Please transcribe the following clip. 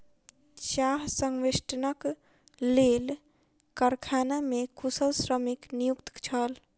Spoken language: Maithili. चाह संवेष्टनक लेल कारखाना मे कुशल श्रमिक नियुक्त छल